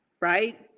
right